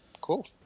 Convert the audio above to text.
Cool